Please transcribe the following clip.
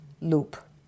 loop